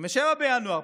27 בינואר,